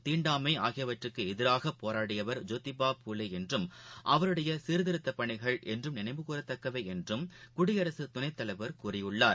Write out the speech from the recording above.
தீண்டாமைஆகியவற்றுக்குஎதிராகபோராடியவர் ஜோதிபா புலேஎன்றும் ஜாதிஏற்றத்தாழ்வு அவருடையசீர்திருத்தப்பணிகள் என்றும் நினைவு கூறத்தக்கவைஎன்றும் குடியரசுத் துணைத்தலைவர் கூறியுள்ளார்